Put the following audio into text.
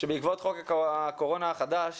שבעקבות חוק הקורונה החדש